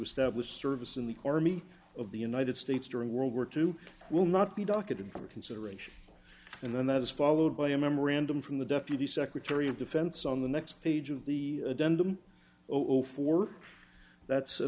establish service in the army of the united states during world war two will not be docketed for consideration and then that is followed by a memorandum from the deputy secretary of defense on the next page of the den to over four that's a